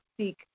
seek